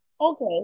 okay